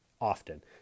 often